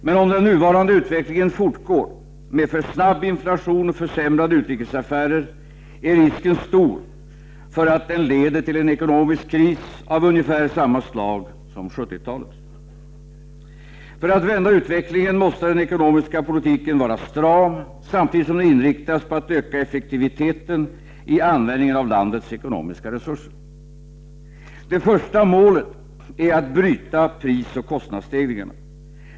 Men om den nuvarande utvecklingen fortgår — med för snabb inflation och försämrade utrikesaffärer — är risken stor för att den leder till en ekonomisk kris av ungefär samma slag som 70-talets. För att vända utvecklingen måste den ekonomiska politiken vara stram, samtidigt som den inriktas på att öka effektiviteten i användningen av landets ekonomiska resurser. Det första målet är att bryta prisoch kostnadsstegringarna.